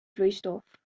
vloeistof